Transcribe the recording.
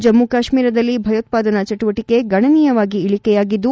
ಜಮ್ಮು ಕಾಶ್ವೀರದಲ್ಲಿ ಭಯೋತ್ಪಾದನಾ ಚಟುವಟಕೆ ಗಣನೀಯವಾಗಿ ಇಳಕೆಯಾಗಿದ್ದು